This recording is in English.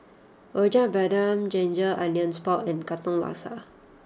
Rojak Bandung Ginger Onions Pork and Katong Laksa